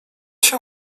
się